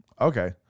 Okay